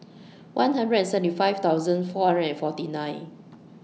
one hundred and seventy five thousand four hundred and forty nine